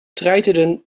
treiterden